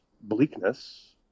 bleakness